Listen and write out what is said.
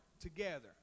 together